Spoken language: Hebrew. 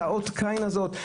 את אות הקין הזאת,